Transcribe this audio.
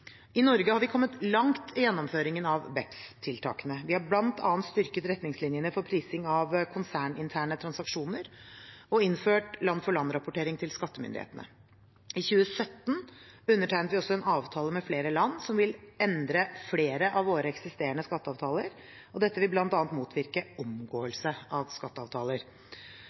I Norge har vi kommet langt i gjennomføringen av BEPS-tiltakene. Vi har bl.a. styrket retningslinjene for prising av konserninterne transaksjoner og innført land-for-land-rapportering til skattemyndighetene. I 2017 undertegnet vi også en avtale med flere land som vil endre flere av våre eksisterende skatteavtaler, og dette vil bl.a. motvirke omgåelse av skatteavtaler.